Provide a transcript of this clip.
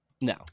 No